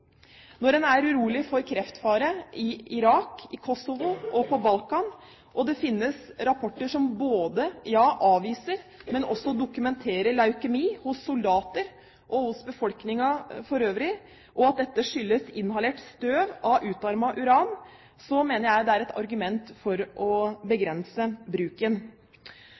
Når en er urolig for kreftfare i Irak, i Kosovo og på Balkan, og det finnes rapporter som både, ja, avviser, men også som dokumenterer leukemi hos soldater og hos befolkningen for øvrig, og at dette skyldes inhalert støv av utarmet uran, mener jeg det er et argument for å begrense bruken.